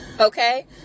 Okay